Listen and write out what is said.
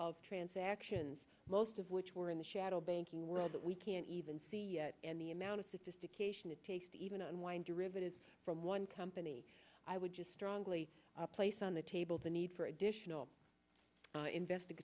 of transactions most of which were in the shadow banking world that we can't even see yet and the amount of sophistication it takes to even unwind derivatives from one company i would just strongly placed on the table the need for additional invest